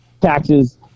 Taxes